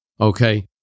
Okay